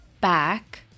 back